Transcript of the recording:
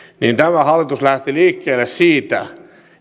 niin tämä hallitus lähti liikkeelle siitä